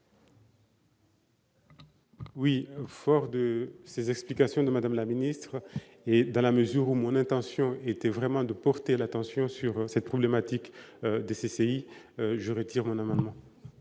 Oui, fort de ces explications de madame la ministre, et dans la mesure où mon intention était vraiment de porter l'attention sur cette problématique des CCI je retire mon amendement.